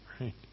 right